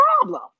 problem